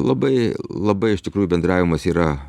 labai labai iš tikrųjų bendravimas yra